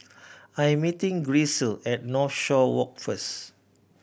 I'm meeting Grisel at Northshore Walk first